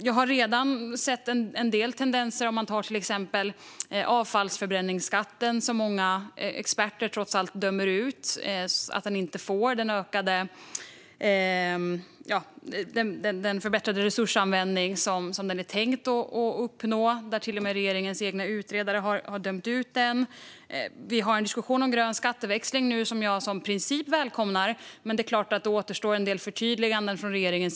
Jag har redan sett en del tendenser, till exempel avfallsförbränningsskatten, som många experter dömer ut då den inte ger den förbättrade resursanvändning som var tänkt. Till och med regeringens egna utredare har dömt ut den. Vi har nu en diskussion om grön skatteväxling som jag i princip välkomnar, men det är klart att det återstår en del förtydliganden från regeringen.